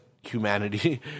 humanity